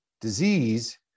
disease